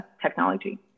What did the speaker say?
technology